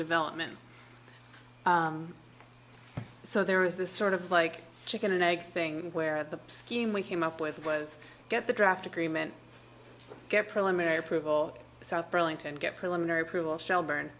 development so there is this sort of like chicken and egg thing where the scheme we came up with was get the draft agreement get preliminary approval south burlington get preliminary approval shelburn